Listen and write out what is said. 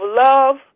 love